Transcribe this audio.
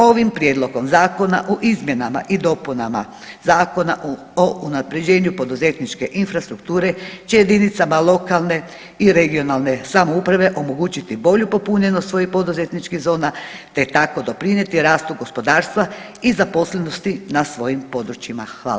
Ovim Prijedlogom Zakona u izmjenama i dopunama Zakona o unapređenju poduzetničke infrastrukture će jedinicama lokalne i regionalne samouprave omogućiti bolju popunjenost svojih poduzetničkih zona te tako doprinijeti rastu gospodarstva i zaposlenosti na svojim područjima.